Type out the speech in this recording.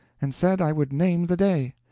and said i would name the day.